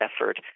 effort